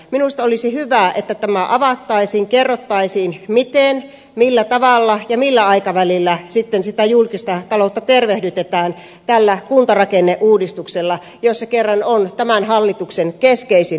minusta olisi hyvä että tämä avattaisiin kerrottaisiin miten millä tavalla ja millä aikavälillä sitten sitä julkista taloutta tervehdytetään tällä kuntarakenneuudistuksella jos se kerran on tämän hallituksen keskeisin keino